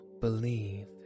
believe